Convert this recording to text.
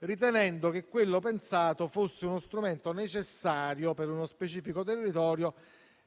ritenendo che quello pensato fosse uno strumento necessario per uno specifico territorio